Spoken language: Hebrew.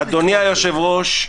אדוני היושב-ראש,